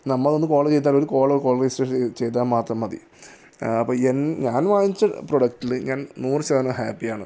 നമ്മൾ ഒന്നു കോൾ ചെയ്താൽ ചെയ്താൽ ഒരു കൊളോ കോൾ ചെയ്താൽ മാത്രം മതി ആ പയ്യൻ ഞാൻ വാങ്ങിയ പ്രോഡക്റ്റിൽ ഞാൻ നൂറ് ശതമാനം ഹാപ്പിയാണ്